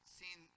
seen